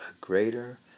greater